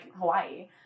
Hawaii